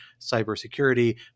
cybersecurity